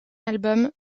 album